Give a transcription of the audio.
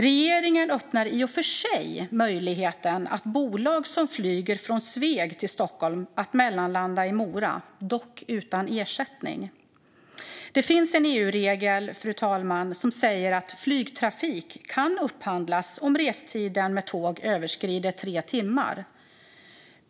Regeringen öppnar i och för sig en möjlighet för bolag som flyger från Sveg till Stockholm att mellanlanda i Mora, dock utan ersättning. Det finns en EU-regel, fru talman, som säger att flygtrafik kan upphandlas om restiden med tåg överskrider tre timmar.